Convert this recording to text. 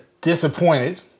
disappointed